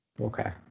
Okay